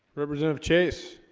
represent of chase